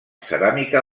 ceràmica